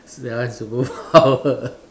that one superpower